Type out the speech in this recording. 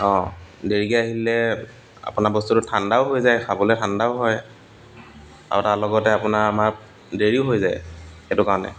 অঁ দেৰিকৈ আহিলে আপোনাৰ বস্তুটো ঠাণ্ডাও হৈ যায় খাবলৈ ঠাণ্ডাও হয় আৰু তাৰ লগতে আপোনা আমাৰ দেৰিও হৈ যায় সেইটো কাৰণে